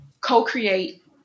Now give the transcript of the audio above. co-create